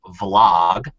vlog